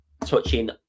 touching